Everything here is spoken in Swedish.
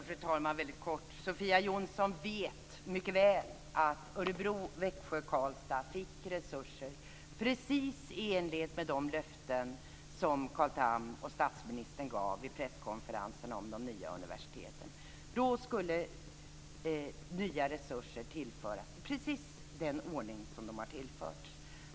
Fru talman! Sofia Jonsson vet mycket väl att universiteten i Örebro, Växjö och Karlstad fick resurser precis i enlighet med de löften som Carl Tham och statsministern gav vid presskonferensen om de nya universiteten. Nya resurser skulle tillföras i precis den ordning som de har tillförts.